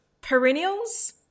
perennials